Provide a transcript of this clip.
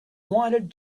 wanted